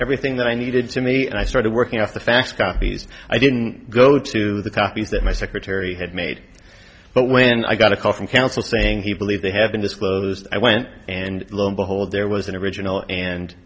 everything that i needed to me and i started working out the facts copies i didn't go to the copies that my secretary had made but when i got a call from counsel saying he believed they have been disclosed i went and lo and behold there was an original and